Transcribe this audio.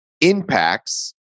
impacts